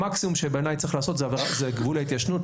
המקסימום שבעיניי צריך לעשות זה גבול ההתיישנות,